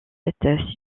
cette